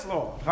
Lord